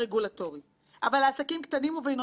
ברצוני לציין לסיכום שני נושאים חשובים